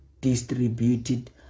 distributed